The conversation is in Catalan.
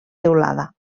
teulada